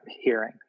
hearing